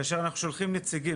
כאשר אנחנו שולחים נציגים,